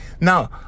Now